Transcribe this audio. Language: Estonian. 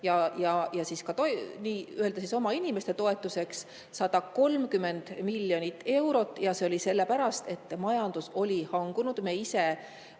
ja ka nii-öelda oma inimeste toetuseks 130 miljonit eurot. See oli sellepärast, et majandus oli hangunud. Me ise